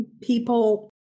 people